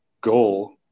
goal